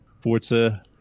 Forza